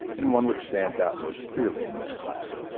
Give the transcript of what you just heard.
and one which stands out most clearly in this class.